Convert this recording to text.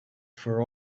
for